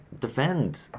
defend